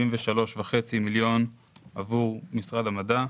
73.5 מיליון עבור משרד המדע.